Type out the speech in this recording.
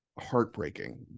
heartbreaking